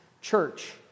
Church